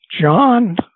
John